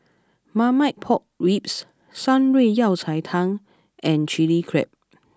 Marmite Pork Ribs Shan Rui Yao Cai Tang and Chilli Crab